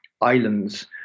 islands